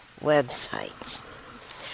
websites